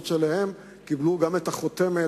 של חלק מהוועדות קיבלו גם את החותמת